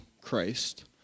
Christ